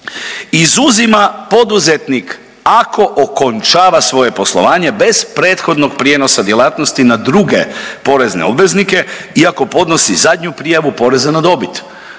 „izuzima poduzetnik ako okončava svoje poslovanje bez prethodnog prijenosa djelatnosti na druge porezne obveznike iako podnosi zadnju prijavu poreza na dobit.